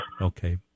Okay